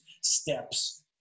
steps